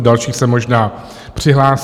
Další se možná přihlásí.